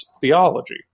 theology